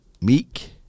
meek